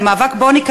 למלחמה בעוני,